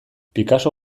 picasso